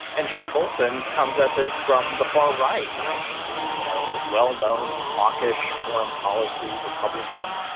and john bolton comes at this from the far right. i mean, he's, you know, well-known, hawkish foreign policy republican.